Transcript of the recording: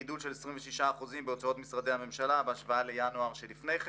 גידול 26% בהוצאות משרדי הממשלה בהשוואה לינואר שלפני.